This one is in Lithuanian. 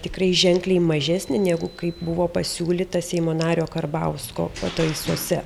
tikrai ženkliai mažesnė negu kaip buvo pasiūlyta seimo nario karbausko pataisose